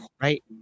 right